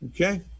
Okay